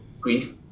grief